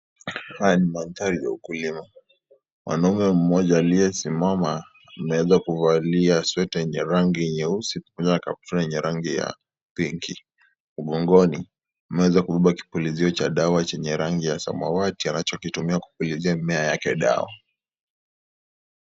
Haya ni mandhari ya ukulima ,mwanaume mmoja aliyesimama ameweza kuvalia sweta yenye rangi nyeusi pamoja na kaptura yenye rangi ya pinki mgongoni ameweza kubeba kipulizio cha dawa chenye rangi ya samawati anachokitumia kupulizia mimea yake dawa.